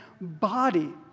body